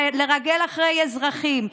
לרגל אחרי אזרחים,